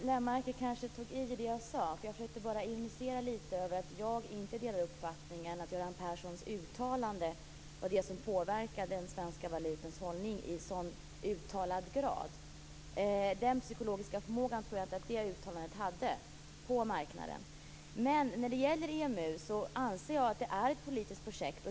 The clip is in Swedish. Herr talman! Göran Lennmarker tog i lite om det jag sade. Jag försökte bara ironisera lite över att jag inte delar uppfattningen att Göran Perssons uttalande var det som påverkade den svenska valutans ställning i en sådan uttalad grad. Den psykologiska effekten tror jag inte att det uttalandet hade på marknaden. Men när det gäller EMU anser jag att det är ett politiskt projekt.